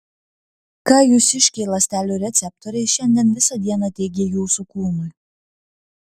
ką jūsiškiai ląstelių receptoriai šiandien visą dieną teigė jūsų kūnui